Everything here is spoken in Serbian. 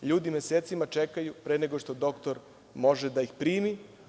LJudi mesecima čekaju pre nego što doktor može da ih primi.